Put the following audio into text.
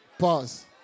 pause